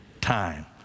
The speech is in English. time